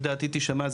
אם דעתי תישמע,